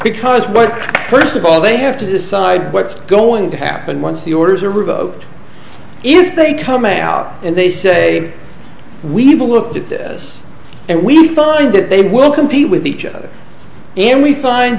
because by first of all they have to decide what's going to happen once the orders are revoked if they come out and they say we've all looked at this and we find that they will compete with each other and we find